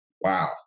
wow